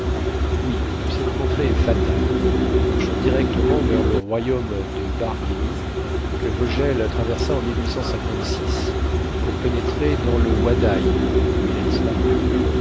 oui cette contrée est fatale nous marchons directement vers le royaume de barghimi que vogel traversa en pour pénétrer dans le wadaï où il a disparu